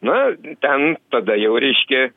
na ten tada jau reiškia